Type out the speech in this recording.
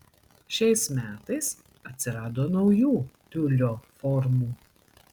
šiais metais atsirado naujų tiulio formų